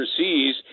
overseas